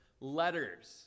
letters